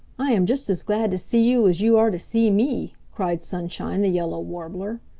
i am just as glad to see you as you are to see me, cried sunshine the yellow warbler.